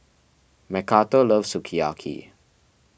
Macarthur loves Sukiyaki